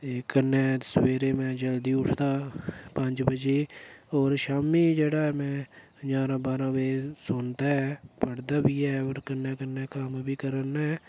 एह् कन्नै सवेरे में जल्दी उठदा पंज बजे होर शामीं जेह्ड़ा में ञारां बारां बजे सौंदा ऐ पढ़दा बी ऐ होर कन्नै कन्नै कम्म बी करा ना ऐ